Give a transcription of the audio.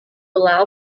allow